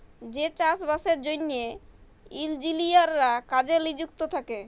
যে চাষ বাসের জ্যনহে ইলজিলিয়াররা কাজে লিযুক্ত থ্যাকে